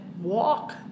walk